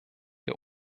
der